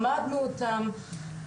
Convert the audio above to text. למדנו אותם,